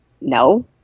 no